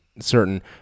certain